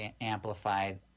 amplified